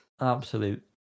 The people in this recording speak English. Absolute